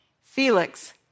Felix